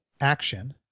action